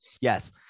Yes